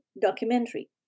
documentary